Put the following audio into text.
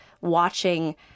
watching